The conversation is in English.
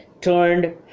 turned